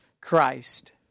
Christ